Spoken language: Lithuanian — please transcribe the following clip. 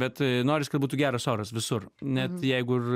bet norisi kad būtų geras oras visur net jeigu ir